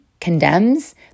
condemns